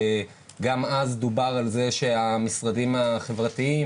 גם אז דובר על זה שהמשרדים החברתיים,